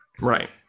Right